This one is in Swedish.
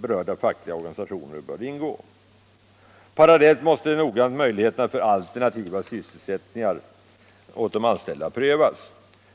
berörda fackliga organisationer bör ingå. Parallellt med detta måste möjligheterna till alternativa sysselsättningar åt de anställda noga prövas.